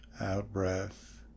out-breath